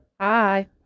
hi